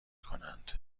کنند